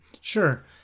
Sure